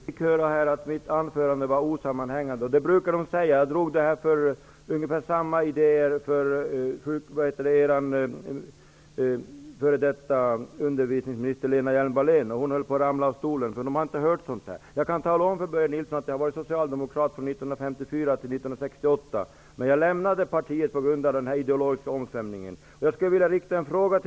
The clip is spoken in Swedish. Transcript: Herr talman! Jag fick höra att mitt anförande var osammanhangande. Det brukar man säga. Jag föredrog ungefär samma idéer för den socialdemokratiska ledamoten Lena Hjelm-Wallén. Hon höll på att ramla av stolen. Hon hade inte hört något sådant förut. Jag kan tala om för Börje Nilsson att jag har varit socialdemokrat från 1954 till 1968. Men jag lämnade partiet på grund av den här ideologiska omställningen.